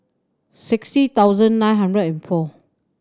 sixty thousand nine hundred and four